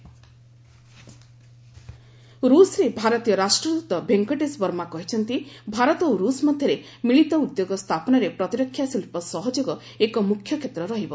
Indo ରୁଷ୍ collaboration ରୁଷ୍ରେ ଭାରତୀୟ ରାଷ୍ଟ୍ରଦୂତ ଭେଙ୍କଟେଶ ବର୍ମା କହିଛନ୍ତି ଭାରତ ଓ ରୁଷ୍ ମଧ୍ୟରେ ମିଳିତ ଉଦ୍ୟୋଗ ସ୍ଥାପନରେ ପ୍ରତିରକ୍ଷା ଶିଳ୍ପ ସହଯୋଗ ଏକ ମୁଖ୍ୟ କ୍ଷେତ୍ର ରହିବ